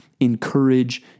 encourage